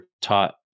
taught